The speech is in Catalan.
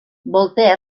voltaire